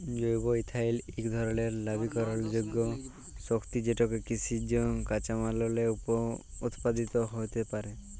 জৈব ইথালল ইক ধরলের লবিকরলযোগ্য শক্তি যেটকে কিসিজ কাঁচামাললে উৎপাদিত হ্যইতে পারে